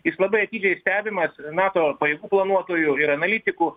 jis labai atidžiai stebimas nato pajėgų planuotojų ir analitikų